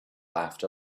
laughed